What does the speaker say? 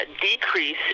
decrease